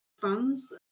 funds